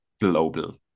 global